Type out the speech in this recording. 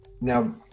Now